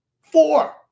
Four